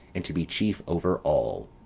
and to be chief over all.